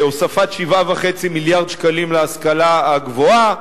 הוספת 7.5 מיליארד שקלים להשכלה הגבוהה,